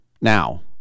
Now